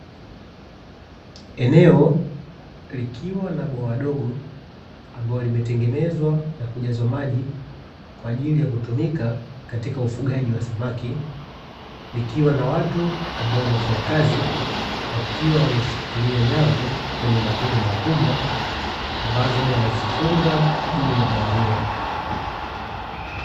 Eneo likiwa na bwawa dogo, ambalo limetengenezwa na kujazwa maji kwaajili ya kutumika katika ufugaji wa samaki, likiwa na watu ambao ni wafanyakazi, wakiwa wameshikilia nyavu zenye matundu makubwa ambazo wanazifunga juu ya bwawa hilo.